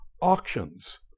auctions